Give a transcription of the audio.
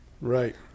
Right